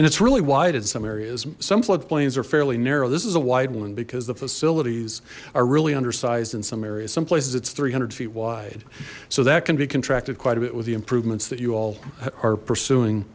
and it's really wide in some areas some flood plains are fairly narrow this is a wide one because the facilities are really under sized in some areas some places it's three hundred feet wide so that can be contracted quite a bit with the improvements that you all are pursuing